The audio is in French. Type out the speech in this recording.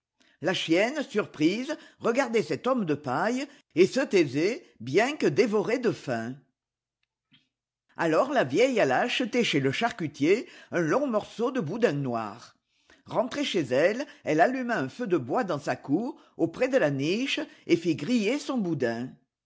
la chienne surprise regardait cet homme de paille et se taisait bien que dévorée de faim alors la vieille alla acheter chez le charcutier un long morceau de boudin noir rentrée chez elle elle alluma un feu de bois dans sa cour auprès de la niche et fit griller son boudin